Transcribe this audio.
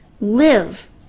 live